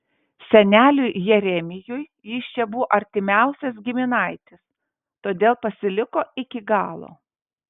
seneliui jeremijui jis čia buvo artimiausias giminaitis todėl pasiliko iki galo